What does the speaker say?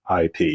ip